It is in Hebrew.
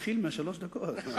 תתחיל מהשלוש דקות.